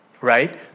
Right